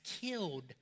killed